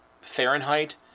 fahrenheit